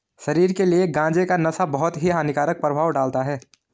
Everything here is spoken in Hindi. शरीर के लिए गांजे का नशा बहुत ही हानिकारक प्रभाव डालता है